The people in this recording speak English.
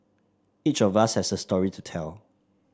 each of us has a story to tell